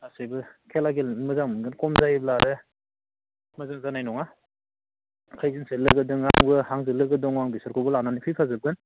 गासिबो खेला गेलेनो मोजां मोनगोन खम जायोब्ला आरो मोजां जानाय नङा खोयजोनसो लोगो दङ आंबो आंजों लोगो दङ आं बिसोरखौबो लानानै फैफाजोबगोन